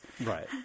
Right